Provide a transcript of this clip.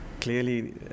clearly